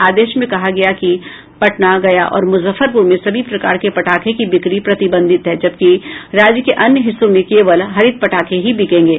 आदेश में कहा गया है कि पटना गया और मुजफ्फरपुर में सभी प्रकार के पटाखे की बिक्री प्रतिबंधित है जबकि राज्य के अन्य हिस्सों में केवल हरित पटाखे ही बिकेंगे